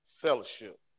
fellowship